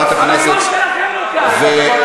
אתה לא מבין שאתה לא,